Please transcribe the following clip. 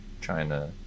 China